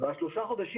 והשלושה חודשים,